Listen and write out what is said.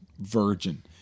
virgin